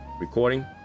recording